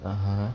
(uh huh)